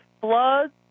floods